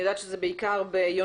אני יודעת שזה בעיקר ביונקים,